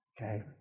Okay